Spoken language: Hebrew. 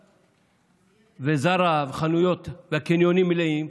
מפוצץ, וזארה, החנויות והקניונים מלאים.